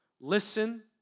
listen